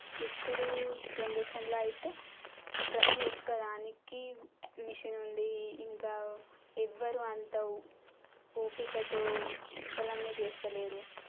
ఇప్పుడు జనరేషన్లో అయితే ప్రతీ ఒక్క దానికి మెషిన్ ఉంది ఇంకా ఎవ్వరూ అంత ఓపికతో పొలాన్ని చేస్తలేరు